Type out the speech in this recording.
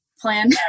plan